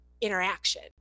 interaction